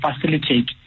facilitate